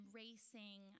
racing